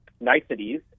niceties